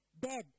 dead